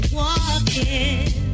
walking